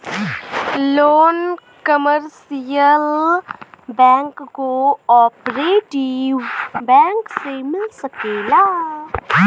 loan commercial bank cooperative bank से मिल सकेला